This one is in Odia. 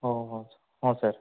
ହଉ ହଉ ହଁ ସାର୍